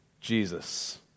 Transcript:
Jesus